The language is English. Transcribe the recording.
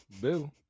Boo